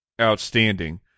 outstanding